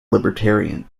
libertarian